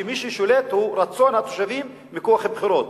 שמי ששולט הוא רצון התושבים מכוח הבחירות.